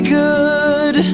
good